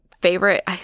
favorite